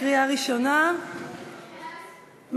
קריאה ראשונה,